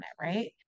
right